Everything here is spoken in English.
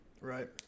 right